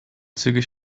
zügig